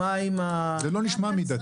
זה לא נשמע מידתי?